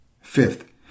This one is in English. Fifth